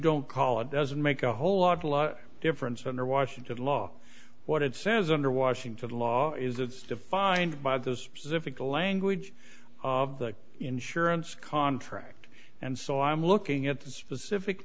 don't call it doesn't make a whole lot of difference under washington law what it says under washington law is that defined by those specific the language of the insurance contract and so i'm looking at the specific